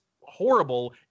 horrible